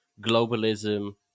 globalism